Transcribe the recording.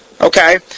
Okay